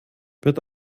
wird